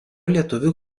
lietuvių